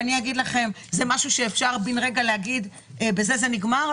זה משהו שאפשר בן רגע להגיד "בזה זה נגמר"?